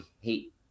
hate